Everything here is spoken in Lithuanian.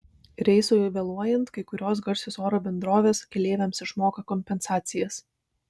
reisui vėluojant kai kurios garsios oro bendrovės keleiviams išmoka kompensacijas